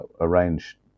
arrange